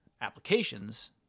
applications